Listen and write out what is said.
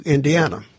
Indiana